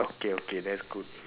okay okay that's good